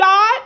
God